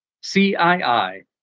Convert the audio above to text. C-I-I